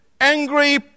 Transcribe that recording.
angry